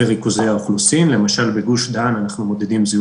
הוא קו שמתחיל בהרצליה ועובר דרומה,